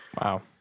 wow